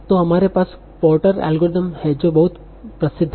तो हमारे पास पोर्टर एल्गोरिथ्म है जो बहुत प्रसिद्ध है